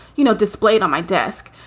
you know, displayed on my desk,